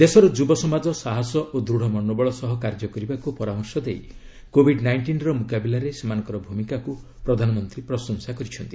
ଦେଶର ଯୁବ ସମାଜ ସାହସ ଓ ଦୃଢ଼ ମନୋବଳ ସହ କାର୍ଯ୍ୟ କରିବାକୁ ପରାମର୍ଶ ଦେଇ କୋବିଡ୍ ନାଇଷ୍ଟିନ୍ର ମୁକାବିଲାରେ ସେମାନଙ୍କର ଭୂମିକାକୁ ପ୍ରଧାନମନ୍ତ୍ରୀ ପ୍ରଶଂସା କରିଛନ୍ତି